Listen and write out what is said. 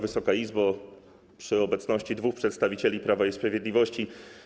Wysoka Izbo, przy obecności dwóch przedstawicieli Prawa i Sprawiedliwości!